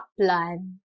plan